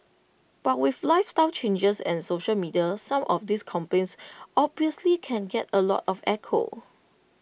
but with lifestyle changes and social media some of these complaints obviously can get A lot of echo